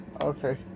Okay